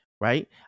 right